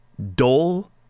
Dull